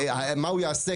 מה הוא יעשה?